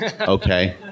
Okay